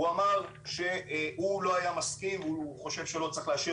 הוא אמר שהוא לא היה מסכים והוא חושב שלא צריך לאשר